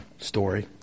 story